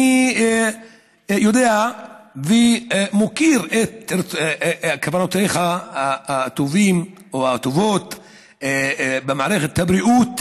אני יודע ומוקיר את כוונותיך הטובות במערכת הבריאות,